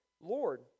Lord